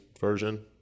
version